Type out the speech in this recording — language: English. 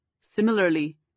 Similarly